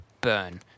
burn